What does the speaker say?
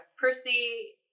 Percy